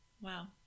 Wow